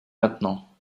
maintenant